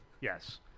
Yes